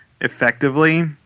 effectively